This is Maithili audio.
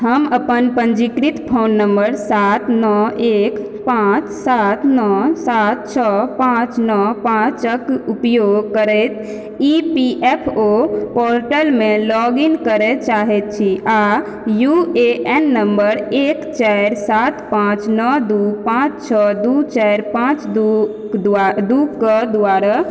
हम अपन पञ्जीकृत फोन नम्बर सात नओ एक पाँच सात नओ सात छओ पाँच नओ पाँचके उपयोग करैत ई पी एफ ओ पोर्टलमे लॉगइन करऽ चाहै छी आओर यू ए एन नम्बर एक चारि सात पाँच नओ दू पाँच छओ दू चारि पाँच दू दूके द्वारा